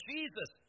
Jesus